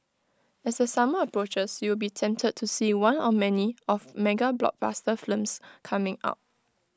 as the summer approaches you will be tempted to see one or many of mega blockbuster films coming out